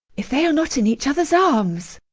if they are not in each other's arms!